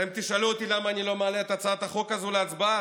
אתם תשאלו אותי למה אני לא מעלה את הצעת החוק הזאת להצבעה,